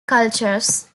cultures